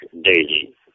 daily